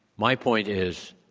my point is,